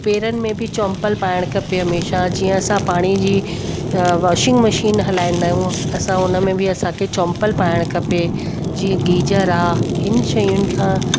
पेरनि में बि चम्पलु पाइण खपे हमेशह जीअं असां पाणी जी वॉशिंग मशीन हलाईंदा आहियूं असां उन में बि असांखे चम्पलु पाइण खपे जीअं गीजर आहे हिन शयुनि खां